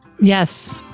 Yes